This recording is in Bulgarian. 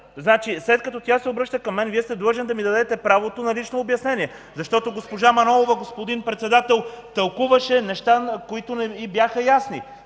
седя. След като тя се обръща към мен, Вие сте длъжен да ми дадете думата за лично обяснение. Защото госпожа Манолова, господин Председател, тълкуваше неща, които не й бяха ясни.